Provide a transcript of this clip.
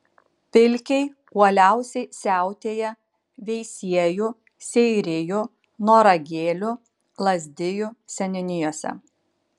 pilkiai uoliausiai siautėja veisiejų seirijų noragėlių lazdijų seniūnijose